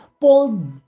Paul